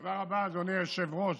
תודה רבה, אדוני היושב-ראש.